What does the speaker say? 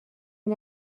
این